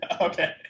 okay